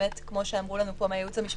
שבאמת כמו שאמרו לנו פה מהייעוץ המשפטי,